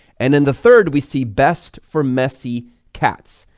and in the third we see best for messy cats.